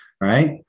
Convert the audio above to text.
right